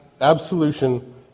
absolution